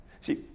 See